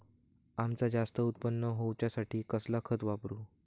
अम्याचा जास्त उत्पन्न होवचासाठी कसला खत वापरू?